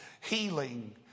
healing